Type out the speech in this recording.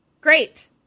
Great